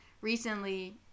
recently